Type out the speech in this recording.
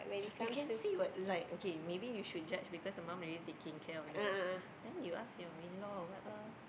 you can see what like okay maybe you should judge because the mum already taking care of the then you ask your in law or what loh